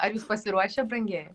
ar jūs pasiruošę brangieji